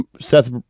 Seth